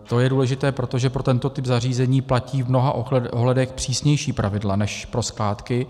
To je důležité, protože pro tento typ zařízení platí v mnoha ohledech přísnější pravidla než pro skládky.